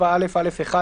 7א(א)(1),